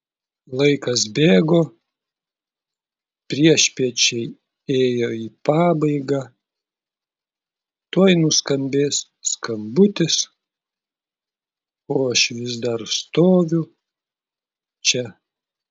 laikas bėgo priešpiečiai ėjo į pabaigą tuoj nuskambės skambutis o aš vis dar stoviu čia